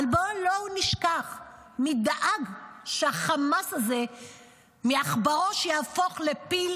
אבל בואו לא נשכח: נדאג שהחמאס הזה מעכברוש יהפוך לפיל.